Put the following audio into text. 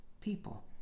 people